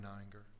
anger